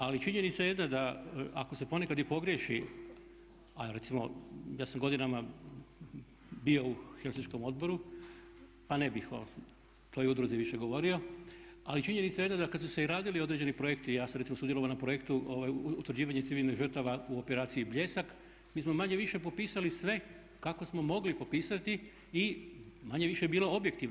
Ali činjenica je da ako se ponekad i pogriješi a recimo ja sam godinama bio u helsinškom odboru pa ne bih o toj udruzi više govorio ali činjenica je da kada su se i radili određeni projekti i ja sam recimo sudjelovao na projektu utvrđivanje civilnih žrtava u operaciji "Bljesak" mi smo manje-više popisali sve kako smo mogli popisati i manje-više je bilo objektivno.